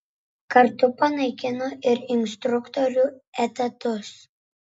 kartu panaikino ir instruktorių etatus